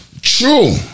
True